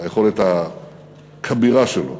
ביכולת הכבירה שלו